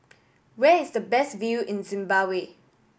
where is the best view in Zimbabwe